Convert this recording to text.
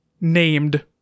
named